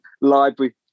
library